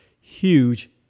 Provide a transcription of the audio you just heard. huge